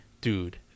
dude